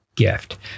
Gift